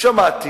שמעתי